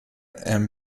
and